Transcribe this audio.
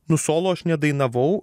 nu solo aš nedainavau